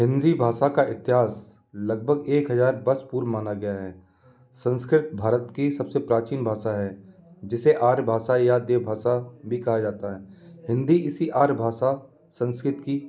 हिन्दी भाषा का इतिहास लगभग एक हज़ार वर्ष पूर्व माना गया है संस्कृत भारत की सबसे प्राचीन भाषा है जिसे आर्य भाषा या देव भाषा भी कहा जाता है हिन्दी इसी आर्य भाषा संस्कृत की